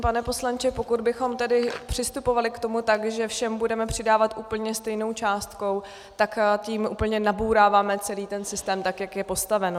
Pane poslanče, pokud bychom přistupovali k tomu tak, že všem budeme přidávat úplně stejnou částku, tak tím úplně nabouráváme celý systém, jak je postaven.